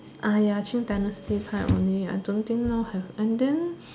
ah ya Qing dynasty time only ya I don't think now have and then